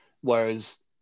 Whereas